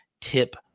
tip